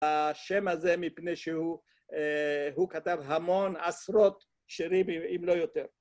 ‫השם הזה מפני שהוא כתב ‫המון, עשרות שירים, אם לא יותר.